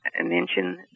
mention